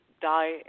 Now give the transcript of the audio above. die